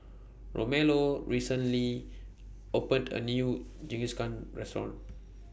Romello recently opened A New Jingisukan Restaurant